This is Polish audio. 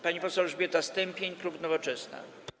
Pani poseł Elżbieta Stępień, klub Nowoczesna.